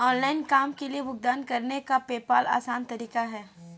online काम के लिए भुगतान करने का पेपॉल आसान तरीका है